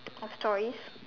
of stories